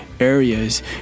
areas